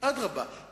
ללימוד ולחזרה, אתה